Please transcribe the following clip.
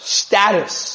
status